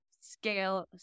scale